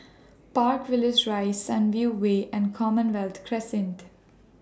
Park Villas Rise Sunview Way and Commonwealth Crescent